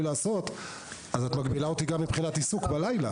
לעשות אז את מגבילה אותי גם מבחינת העיסוק בלילה.